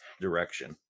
direction